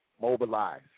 Mobilize